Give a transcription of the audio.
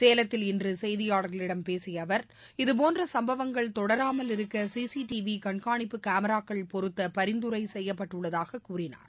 சேலத்தில் இன்று செய்தியாளர்களிடம் பேசிய அவர் இதுபோன்ற சம்பவங்கள் தொடராமல் இருக்க சி சி டி வி கண்காணிப்பு கேமராக்கள் பொருத்த பரிந்துரை செய்யப்பட்டள்ளதாகக் கூறினார்